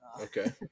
Okay